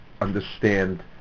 understand